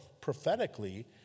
prophetically